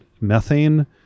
methane